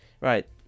Right